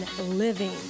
living